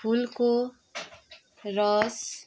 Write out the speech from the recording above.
फुलको रस